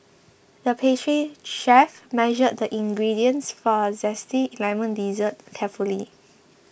the pastry chef measured the ingredients for a Zesty Lemon Dessert carefully